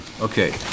Okay